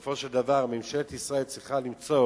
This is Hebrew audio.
בסופו של דבר ממשלת ישראל צריכה למצוא